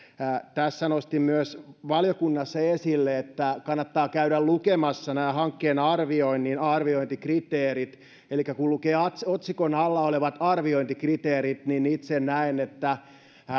tästä nostin myös valiokunnassa esille että kannattaa käydä lukemassa hankkeen arvioinnin arviointikriteerit elikkä kun lukee otsikon alla olevat arviointikriteerit niin itse näen että